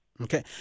Okay